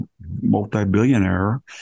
multi-billionaire